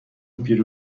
پیری